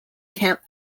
camp